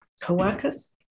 co-workers